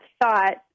thought